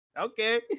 okay